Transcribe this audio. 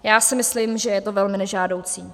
Já si myslím, že je to velmi nežádoucí.